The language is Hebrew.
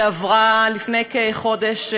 ואשר עברה לפני כחודש,